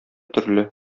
төрле